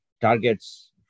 targets